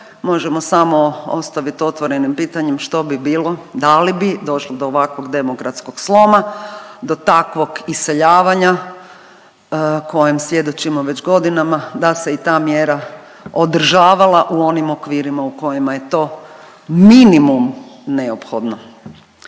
Možemo samo ostavit otvorenim pitanjem što bi bilo da li bi došlo do ovakvog demografskog sloma, do takvog iseljavanja kojem svjedočimo već godinama da se i ta mjera održavala u onim okvirima u kojima je to minimum neophodno.